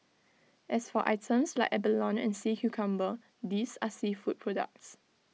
as for items like abalone and sea cucumber these are seafood products